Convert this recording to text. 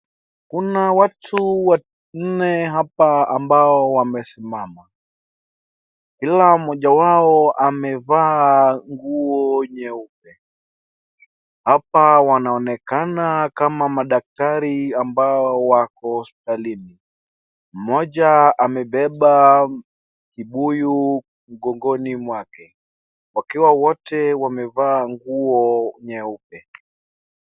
Kuna watu wanne hapa ambao wamesimama. Kila mmoja wao amevaa nguo nyeupe. Hapa wanaonekana kama madaktari ambao wako hospitalini. Mmoja amebeba kibuyu mgongoni mwake wakiwa wote wamevaa nguo nyeupe.